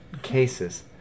Cases